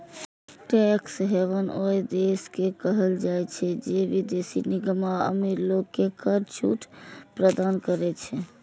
tax haven ओइ देश के कहल जाइ छै, जे विदेशी निगम आ अमीर लोग कें कर छूट प्रदान करै छै